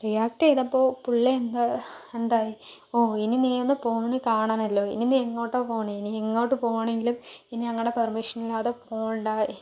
react ചെയ്തപ്പോൾ പുള്ളി എന്താ എന്തായി ഓ ഇനി നീയൊന്ന് പോകുന്നത് കാണണമല്ലോ ഇനി നീ എങ്ങോട്ടാണ് പോണേ ഇനി എങ്ങോട്ട് പോകണമെങ്കിലും ഇനി ഞങ്ങളുടെ പെർമിഷൻ ഇല്ലാതെ പോകണ്ട